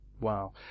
Wow